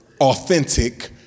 authentic